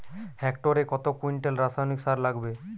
হেক্টরে কত কুইন্টাল রাসায়নিক সার লাগবে?